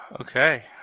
Okay